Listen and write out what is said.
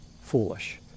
foolish